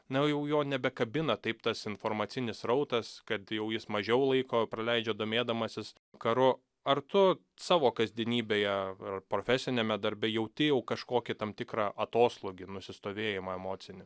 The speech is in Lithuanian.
na jau jo nebekabina taip tas informacinis srautas kad jau jis mažiau laiko praleidžia domėdamasis karu ar tu savo kasdienybėje ar profesiniame darbe jauti jau kažkokį tam tikrą atoslūgį nusistovėjimą emocinį